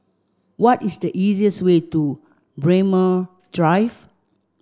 what is the easiest way to Braemar Drive